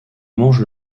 mange